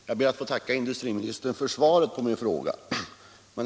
Herr talman! Jag ber att få tacka herr industriministern för svaret på min fråga.